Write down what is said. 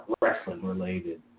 wrestling-related